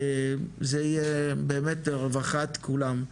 וזה יהיה באמת רווחת כולם.